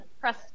press